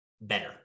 better